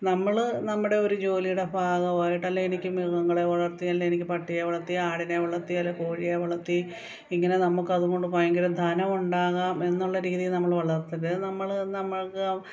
നമ്മള് നമ്മുടെ ഒരു ജോലിയുടെ ഭാഗമായിട്ട് അല്ലേ എനിക്ക് മൃഗങ്ങളെ വളർത്തിയാൽ എനിക്ക് പട്ടിയെ വളർത്തി ആടിനെ വളർത്തിയാല് കോഴിയെ വളർത്തി ഇങ്ങനെ നമ്മുക്കതുകൊണ്ട് ഭയങ്കര ധനമുണ്ടാക്കാം എന്നുള്ള രീതിയിൽ നമ്മള് വളർത്തരുത് നമ്മള് നമ്മൾക്ക്